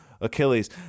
Achilles